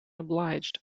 obliged